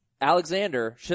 Alexander